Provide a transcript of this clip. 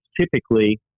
Typically